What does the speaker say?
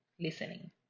listening